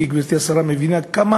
כי גברתי השרה מבינה עד כמה